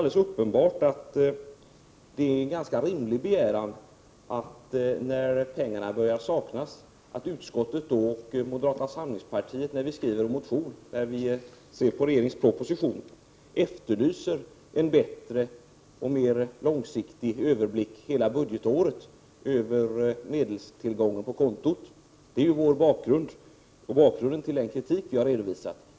Det är en ganska rimlig begäran, när det börjar saknas pengar, att utskottet — och moderata samlingspartiet, när vi skriver en motion där vi ser på regeringens proposition — efterlyser en bättre och mer långsiktig överblick över medelstillgången under hela budgetåret. Det är bakgrunden till den kritik som vi har framfört.